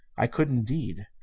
i could, indeed.